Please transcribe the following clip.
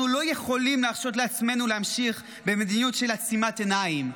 אנחנו לא יכולים להרשות לעצמנו להמשיך במדיניות של עצימת עיניים.